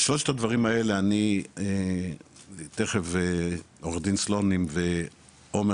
על שלושת הדברים האלה תיכף עו"ד סלונים ועומר